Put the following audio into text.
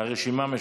הרשימה המשותפת,